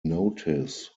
notice